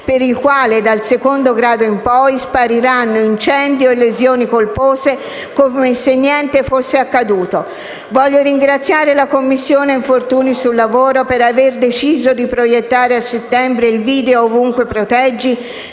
per il quale, dal secondo grado in poi, spariranno incendio e lesioni colpose come se niente fosse accaduto. Voglio ringraziare la Commissione infortuni sul lavoro per avere deciso di proiettare a settembre il video «Ovunque Proteggi»,